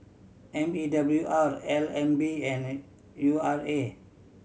M E W R L N B and U R A